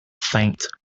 faint